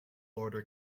order